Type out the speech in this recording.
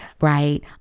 right